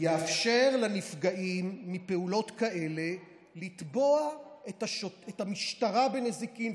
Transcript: תאפשר לנפגעים מפעולות כאלה לתבוע את המשטרה בנזיקין,